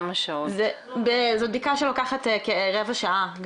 זאת בדיקה שלוקחת כרבע שעה.